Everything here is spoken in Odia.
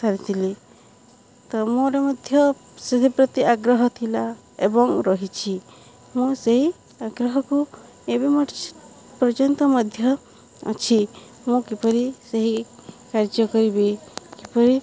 ସାରିଥିଲି ତ ମୋର ମଧ୍ୟ ସେଥିପ୍ରତି ଆଗ୍ରହ ଥିଲା ଏବଂ ରହିଛି ମୁଁ ସେହି ଆଗ୍ରହକୁ ଏବେ ମୋର ପର୍ଯ୍ୟନ୍ତ ମଧ୍ୟ ଅଛି ମୁଁ କିପରି ସେହି କାର୍ଯ୍ୟ କରିବି କିପରି